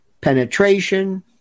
penetration